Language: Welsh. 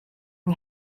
yng